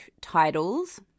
titles